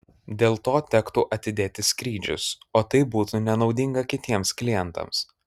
dėl to tektų atidėti skrydžius o tai būtų nenaudinga kitiems klientams